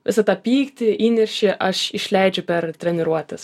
visą tą pyktį įniršį aš išleidžiu per treniruotes